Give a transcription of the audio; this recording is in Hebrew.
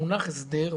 המונח הסדר,